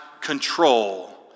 control